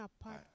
apart